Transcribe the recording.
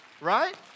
Right